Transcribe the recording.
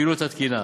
בפעילות התקינה,